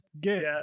get